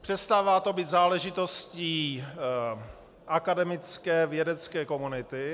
Přestává to být záležitostí akademické vědecké komunity.